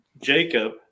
Jacob